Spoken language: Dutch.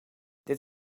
dit